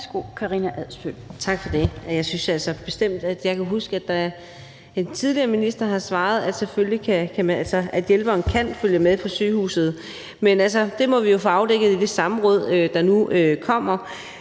Tak for det. Jeg synes altså bestemt, at jeg kan huske, at en tidligere minister har svaret, at hjælperen kan følge med på sygehuset. Men altså, det må vi jo få afdækket i det samråd, der kommer